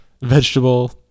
Vegetable